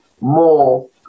more